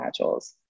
modules